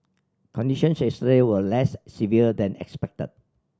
condition yesterday were less severe than expected